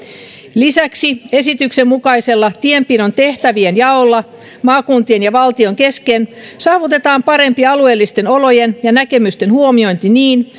lisäksi esityksen mukaisella tienpidon tehtävien jaolla maakuntien ja valtion kesken saavutetaan parempi alueellisten olojen ja näkemysten huomiointi niin